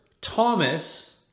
Thomas